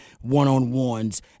one-on-ones